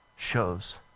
Shows